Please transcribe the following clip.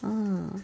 ah